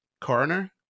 coroner